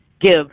give